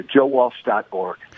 JoeWalsh.org